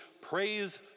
praise